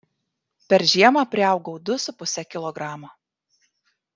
per žiemą priaugau du su puse kilogramo